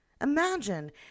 Imagine